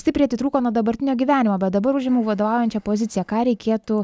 stipriai atitrūko nuo dabartinio gyvenimo bet dabar užimu vadovaujančią poziciją ką reikėtų